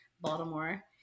Baltimore